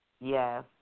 Yes